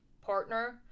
partner